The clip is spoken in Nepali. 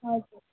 हजुर